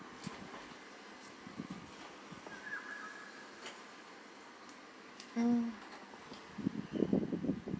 mm